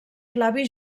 flavi